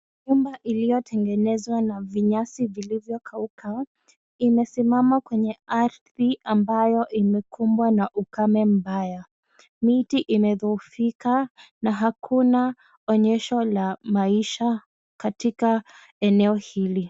Nyumba iliyotengenezwa na vinyasi vilivyokauka, imesimama kwenye ardhi ambayo imekumbwa na ukame mbaya, miti imedhoofika na hakuna onyesho la maisha katika eneo hili.